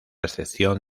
excepción